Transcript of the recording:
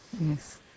Yes